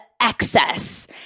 excess